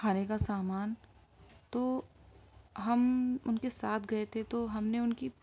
کھانے کا سامان تو ہم ان کے ساتھ گئے تھے تو ہم نے ان کی